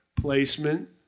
placement